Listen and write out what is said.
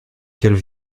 qu’elle